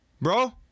bro